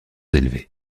élevé